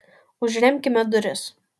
užremkime duris